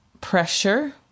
pressure